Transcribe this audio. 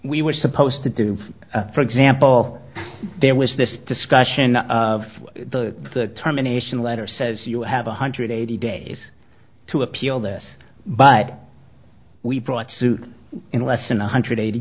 we were supposed to do for example there was this discussion of the terminations letter says you have one hundred eighty days to appeal this but we brought suit in less than one hundred eighty